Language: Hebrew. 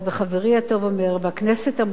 והכנסת אמרה בשבוע שעבר את דברה: